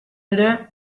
ere